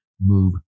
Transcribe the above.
move